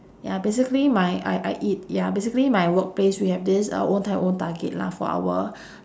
ya basically my I I eat ya basically my workplace we have this uh own time own target lah for our